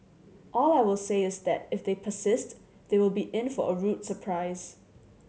all I will say is that if they persist they will be in for a rude surprise